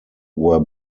were